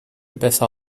besser